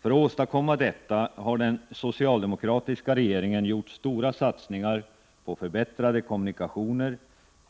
För att åstadkomma detta har den socialdemokratiska regeringen gjort stora satsningar på förbättrade kommunikationer,